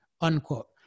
Unquote